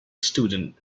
student